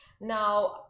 Now